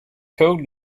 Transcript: code